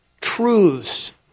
truths